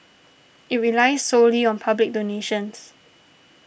it relies solely on public donations